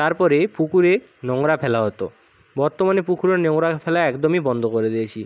তারপরে পুকুরে নোংরা ফেলা হতো বর্তমানে পুকুরে নোংরা ফেলা একদমই বন্ধ করে দিয়েছি